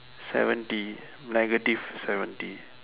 seventy negative seventy